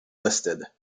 listed